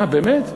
באמת?